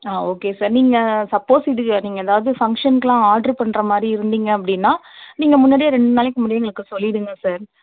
ஆ okay sir நீங்க suppose இப்படி நீங்கள் ஏதாவது ஃபங்கஷனுக்குலாம் ஆடர் பண்ணுறமாரி இருந்தீங்க அப்படின்னா நீங்கள் முன்னாடியே ரெண்டு நாளைக்கு முன்னாடியே எங்களுக்கு சொல்லிடுங்க சார்